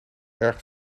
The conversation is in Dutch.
erg